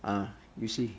uh you see